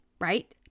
right